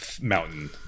mountain